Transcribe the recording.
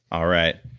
all right.